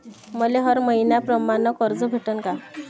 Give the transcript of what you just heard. मले हर मईन्याप्रमाणं कर्ज भेटन का?